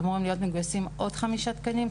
אמורים להיות מגויסים עוד חמישה תקנים,